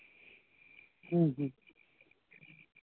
ᱦᱮᱸ ᱦᱮᱸ